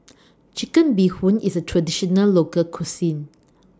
Chicken Bee Hoon IS A Traditional Local Cuisine